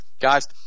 guys